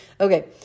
Okay